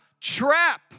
trap